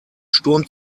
sturm